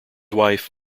wife